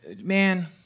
man